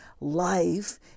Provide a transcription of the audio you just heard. life